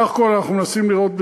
בסך הכול אנחנו מנסים לראות,